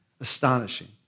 Astonishing